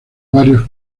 varios